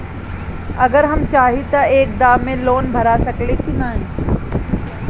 अगर हम चाहि त एक दा मे लोन भरा सकले की ना?